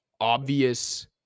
obvious